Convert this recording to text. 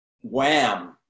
wham